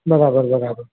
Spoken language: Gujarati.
બરાબર બરાબર